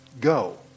go